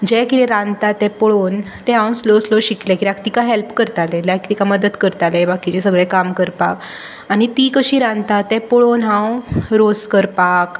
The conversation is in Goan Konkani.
जें कितें रांदता तें पळोवन तें हांव स्लो स्लो शिकलें कित्याक तिका हेल्प करतालें लायक तिका मदत करतालें किंवां बाकीचें सगळें काम करपाक आनी ती कशी रांदता तें पळोवन हांव रोस करपाक